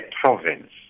province